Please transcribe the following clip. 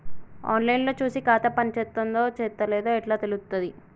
On line లో చూసి ఖాతా పనిచేత్తందో చేత్తలేదో ఎట్లా తెలుత్తది?